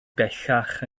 bellach